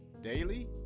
Daily